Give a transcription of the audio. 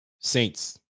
Saints